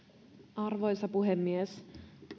arvoisa puhemies